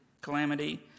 calamity